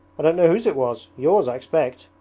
i don't know whose it was yours, i expect